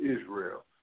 Israel